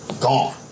gone